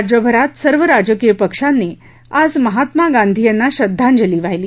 राज्यभरात सर्व राजकीय पक्षांना आज महात्मा गांधी यांना श्रद्धांजली वाहिली